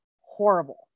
horrible